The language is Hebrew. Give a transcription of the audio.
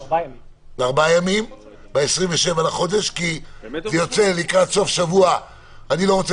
כי זה יוצא לקראת סוף שבוע ואני לא רוצה